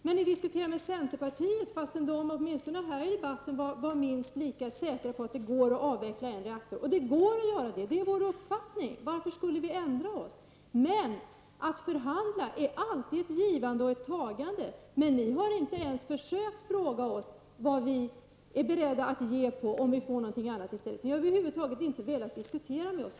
Men ni diskuterar med centerpartiet, fastän de åtminstone i denna debatt är minst lika säkra på att det går att avveckla en reaktor. Det är vår uppfattning att det går att göra det. Varför skulle vi ändra oss? Att förhandla är alltid ett givande och ett tagande. Men ni har inte ens försökt att fråga oss vad vi är beredda att ge för att få något annat i stället. Ni har över huvud taget inte velat diskutera med oss.